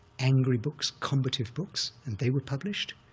angry books, combative books, and they were published.